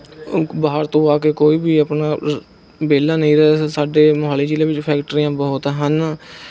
ਬਾਹਰ ਤੋਂ ਆ ਕੇ ਕੋਈ ਵੀ ਆਪਣਾ ਵਿਹਲਾ ਨਹੀਂ ਰਹਿ ਸਾਡੇ ਮੋਹਾਲੀ ਜ਼ਿਲ੍ਹੇ ਵਿੱਚ ਫੈਕਟਰੀਆਂ ਬਹੁਤ ਹਨ